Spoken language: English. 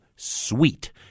sweet